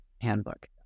handbook